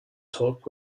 talk